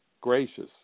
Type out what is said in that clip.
Gracious